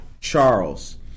Charles